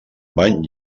bany